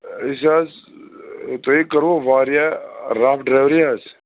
أسۍ حظ تُہۍ کرَو واریاہ رَف ڈرٛیوری حظ